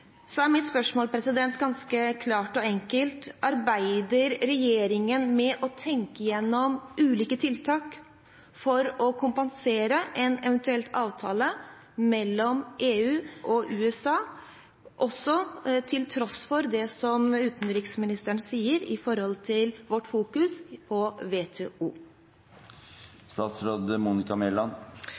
Mitt spørsmål er ganske klart og enkelt: Arbeider regjeringen med å tenke igjennom ulike tiltak for å kompensere en eventuell avtale mellom EU og USA, også til tross for det som utenriksministeren sier når det gjelder vårt fokus på WTO?